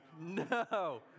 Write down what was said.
no